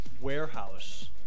warehouse